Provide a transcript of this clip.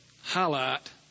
highlight